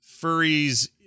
furries